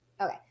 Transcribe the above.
okay